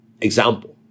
example